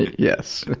yes.